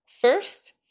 first